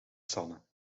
sanne